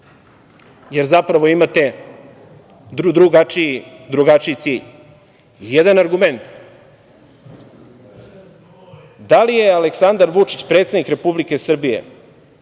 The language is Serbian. jer zapravo imate drugačiji cilj. Jedan argument, da li je Aleksandar Vučić, predsednik Republike Srbije,